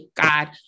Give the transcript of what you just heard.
God